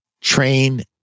train